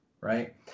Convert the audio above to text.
right